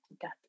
death